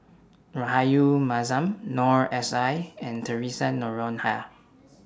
Rahayu Mahzam Noor S I and Theresa Noronha